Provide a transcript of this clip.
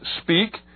speak